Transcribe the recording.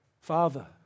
Father